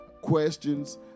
questions